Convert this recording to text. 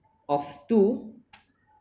of two